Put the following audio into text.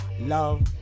Love